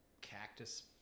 cactus